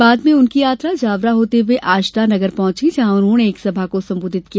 बाद में उनकी यात्रा जावरा होते हुए आष्टा नगर पहुंची जहां उन्होंने एक सभा को संबोधित किया